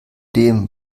dem